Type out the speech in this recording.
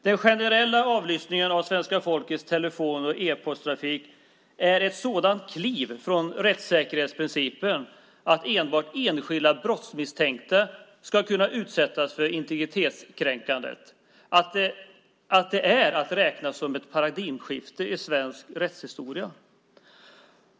Den generella avlyssningen av svenska folkets telefon och e-posttrafik är ett sådant kliv bort från rättssäkerhetsprincipen - att enbart enskilda brottsmisstänkta ska kunna utsättas för integritetskränkandet - att detta är att se som ett paradigmskifte i svensk rättshistoria.